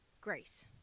grace